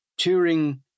Turing